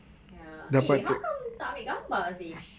ya eh how come tak ambil gambar seh